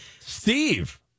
Steve